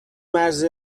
مرز